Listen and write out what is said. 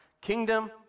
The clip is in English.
kingdom